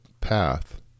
path